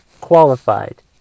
qualified